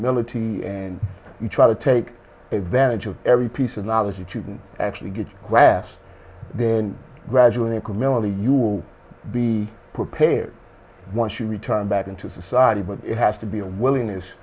mility and you try to take advantage of every piece of knowledge that you can actually get graphs then gradually camilli you will be prepared once you return back into society but it has to be a willingness